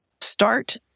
Start